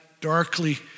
darkly